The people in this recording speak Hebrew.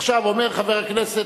עכשיו אומר חבר הכנסת,